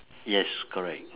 yes correct